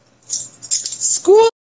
School